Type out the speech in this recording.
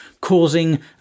causing